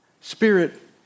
Spirit